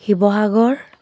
Sivasagar